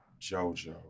Jojo